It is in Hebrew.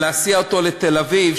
להסיע אותו לתל-אביב,